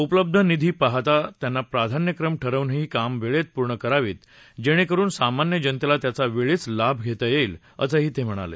उपलब्ध निधी पाहता त्यांचा प्राधान्यक्रम ठरवून ही कामंवेळेत पूर्ण करावीत जेणे करून सामान्य जनतेला त्याचा वेळीच लाभ घेता येईल असंही ते म्हणाले